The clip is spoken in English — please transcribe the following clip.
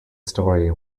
story